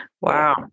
Wow